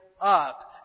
up